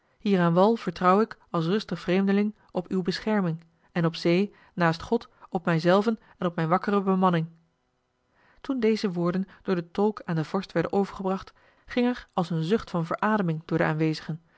hier aan wal vertrouw ik als rustig vreemdeling op uw bescherming en op zee naast god op mij zelven en op mijn wakkere bemanning toen deze woorden door den tolk aan den vorst werden overgebracht ging er als een zucht van verademing door de aanwezigen